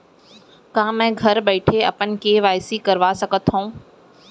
का मैं घर बइठे अपन के.वाई.सी करवा सकत हव?